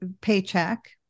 paycheck